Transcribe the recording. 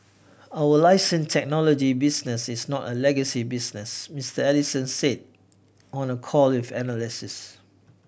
our license technology business is not a legacy business Mister Ellison said on a call of analysts